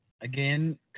Again